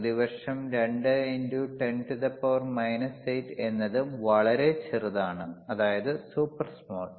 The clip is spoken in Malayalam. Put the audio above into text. പ്രതിവർഷം 2 x 10 8 എന്നതു വളരെ ചെറുതാണ് അതായത് സൂപ്പർ സ്മാൾ